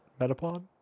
metapod